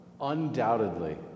Undoubtedly